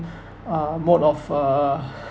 uh mode of uh